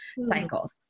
cycle